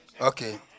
Okay